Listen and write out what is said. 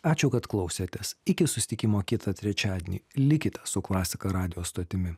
ačiū kad klausėtės iki susitikimo kitą trečiadienį likite su klasika radijo stotimi